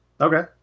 Okay